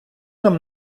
нам